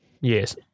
yes